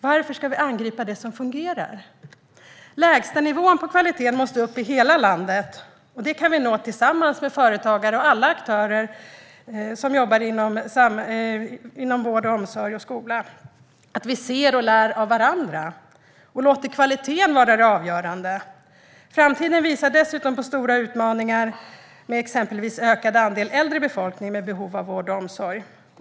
Varför ska vi angripa det som fungerar? Lägstanivån på kvaliteten måste upp i hela landet. Det kan vi nå tillsammans med företagare och andra aktörer som jobbar inom vård, omsorg och skola genom att vi ser och lär av varandra och låter kvaliteten vara det avgörande. Framtiden visar dessutom på stora utmaningar med exempelvis en ökad andel äldre i befolkningen med behov av vård och omsorg.